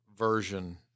version